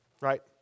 Right